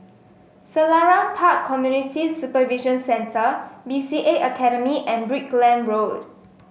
Selarang Park Community Supervision Centre B C A Academy and Brickland Road